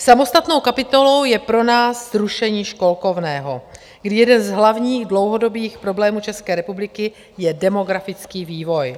Samostatnou kapitolou je pro nás zrušení školkovného, kdy jeden z hlavních dlouhodobých problémů České republiky je demografický vývoj.